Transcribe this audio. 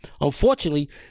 Unfortunately